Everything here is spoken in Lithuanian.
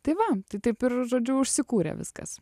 tai va tai taip ir žodžiu užsikūrė viskas